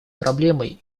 проблемой